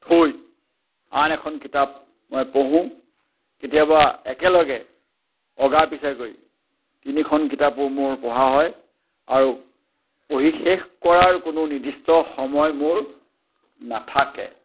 থৈ আন এখন কিতাপ মই পঢ়োঁ কেতিয়াবা একেলগে অগা পিছাকৈ তিনিখন কিতাপো মোৰ পঢ়া হয় আৰু পঢ়ি শেষ কৰাৰ কোনো নিৰ্দিষ্ট সময় মোৰ নাথাকে